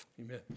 Amen